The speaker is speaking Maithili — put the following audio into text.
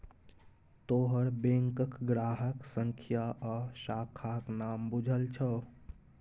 तोहर बैंकक ग्राहक संख्या आ शाखाक नाम बुझल छौ